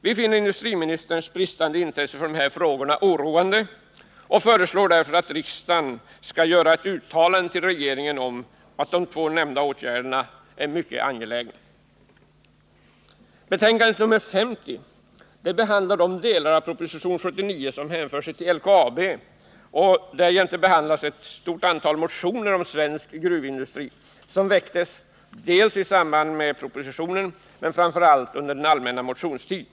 Vi finner industriministerns bristande intresse för dessa frågor oroande och föreslår därför att riksdagen skall göra ett uttalande till regeringen om att de två nämnda åtgärderna är mycket angelägna. I näringsutskottets betänkande nr 50 behandlas de delar av proposition 79 som hänför sig till LKAB, och därjämte behandlas ett stort antal motioner om svensk gruvindustri, som väckts antingen i anslutning till propositionen eller under den allmänna motionstiden.